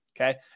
okay